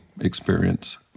experience